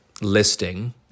listing